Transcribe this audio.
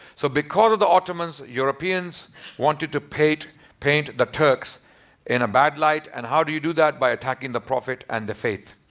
so because of the ottomans, europeans wanted to paint paint the turks in a bad light. and how do you do that? by attacking the prophet and the faith.